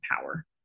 power